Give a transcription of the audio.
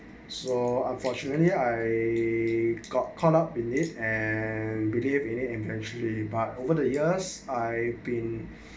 so unfortunately I got caught up beneath and believe in it intentionally but over the years I been